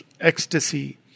ecstasy